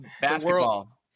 Basketball